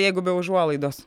jeigu be užuolaidos